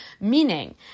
meaning